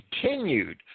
continued